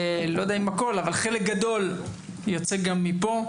חלק גדול ייצא גם מפה,